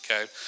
okay